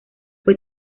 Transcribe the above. fue